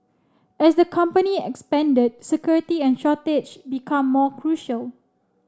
as the company expanded security and storage became more crucial